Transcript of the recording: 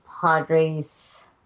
Padres